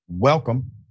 Welcome